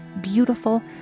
beautiful